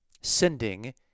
sending